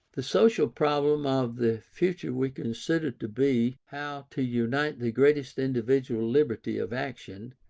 the social problem of the future we considered to be, how to unite the greatest individual liberty of action,